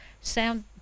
Sound